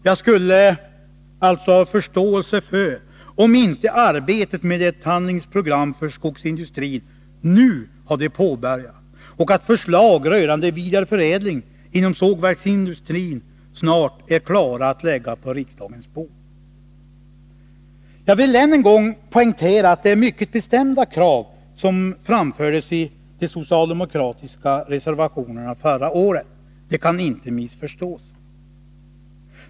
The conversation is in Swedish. Jag skulle alltså kunna ha förståelse för att arbetet med ett handlingsprogram för skogsindustrin inte påbörjats eller att förslag rörande vidareförädling inom sågverksindustrin inte är klara att läggas på riksdagens bord. Jag vill ännu en gång poängtera att det är mycket bestämda krav som framförts i de socialdemokratiska reservationerna förra året. De kan inte missförstås.